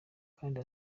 kandi